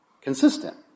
consistent